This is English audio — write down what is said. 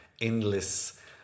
endless